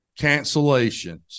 cancellations